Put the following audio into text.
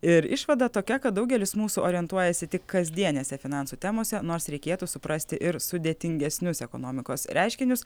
ir išvada tokia kad daugelis mūsų orientuojasi tik kasdienėse finansų temose nors reikėtų suprasti ir sudėtingesnius ekonomikos reiškinius